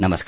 नमस्कार